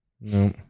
No